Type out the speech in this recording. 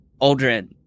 Aldrin